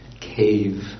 cave